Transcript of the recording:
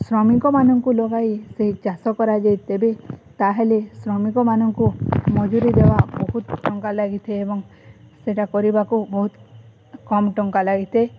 ଶ୍ରମିକମାନଙ୍କୁ ଲଗାଇ ସେଇ ଚାଷ କରାଯାଇ ତେବେ ତାହେଲେ ଶ୍ରମିକମାନଙ୍କୁ ମଜୁରି ଦେବା ବହୁତ ଟଙ୍କା ଲାଗିଥାଏ ଏବଂ ସେଟା କରିବାକୁ ବହୁତ କମ୍ ଟଙ୍କା ଲାଗିଥାଏ